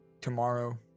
tomorrow